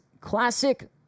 classic